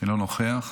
אינו נוכח,